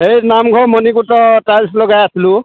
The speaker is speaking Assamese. সেই নামঘৰ মণিকূটত টাইলছ লগাই আছিলোঁ